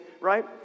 right